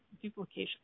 duplication